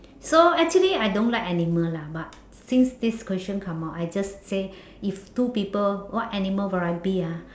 so actually I don't like animal lah but since this question come out I just say if two people what animal would I be ah